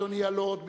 אדוני הלורד,